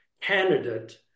candidate